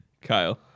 Kyle